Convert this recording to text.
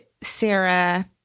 Sarah